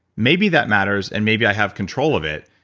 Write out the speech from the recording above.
maybe that matters, and maybe i have control of it.